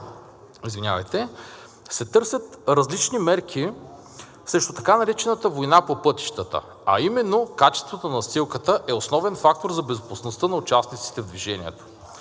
се търсят различни мерки срещу така наречената война по пътищата, а именно качеството на настилката е основен фактор за безопасността на участниците в движението.